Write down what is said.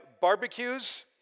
barbecues